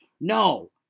no